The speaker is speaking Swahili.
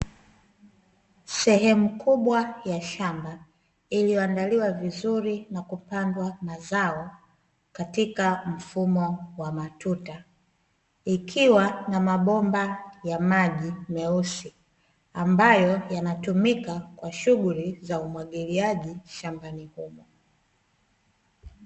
Sehemu kubwa ya shamba iliyoandaliwa vizuri na kupandwa mazao, katika mfumo wa matuta, ikiwa na mabomba ya maji meusi, ambayo yanatumika kwa shughuli za umwagiliaji shambani humo.